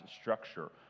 structure